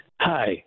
Hi